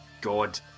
God